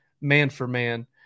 man-for-man